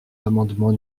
l’amendement